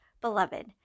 Beloved